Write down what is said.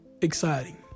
exciting